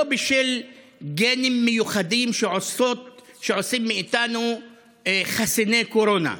בשל גנים מיוחדים שעושים מאיתנו חסיני קורונה.